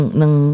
ng